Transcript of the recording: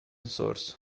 source